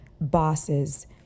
bosses